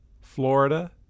Florida